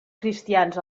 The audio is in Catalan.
cristians